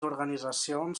organitzacions